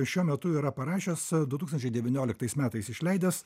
šiuo metu yra parašęs du tūkstančiai devyniolika tais metais išleidęs